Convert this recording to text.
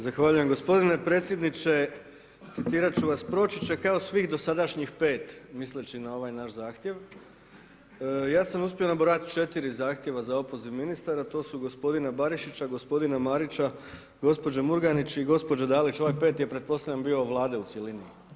Zahvaljujem, gospodine predsjedniče, citirat ću vas, proći će kao svih dosadašnjih 5 misleći na ovaj naš zahtjev, ja sam uspio nabrojati 4 zahtjeva za opoziv ministara, to su gospodina Barišića, gospodina Marića, gospođe Murganić i gospođe Dalić, ovaj peti je pretpostavljam bila Vlada u cjelini.